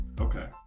Okay